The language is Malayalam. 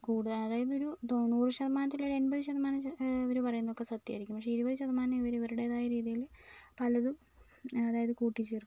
കൂടിയ അതായതൊരു തൊ നൂറ് ശതമാനതിലൊരു എൺപത് ശതമാനം എന്നുവച്ചാൽ ഇവർ പറയുന്നതൊക്കെ സത്യമായിരിക്കും പക്ഷേ ഇരുപത് ശതമാനം ഇവർ ഇവരുടേതായ രീതിയിൽ പലതും അതായത് കൂട്ടി ചേർക്കും